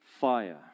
fire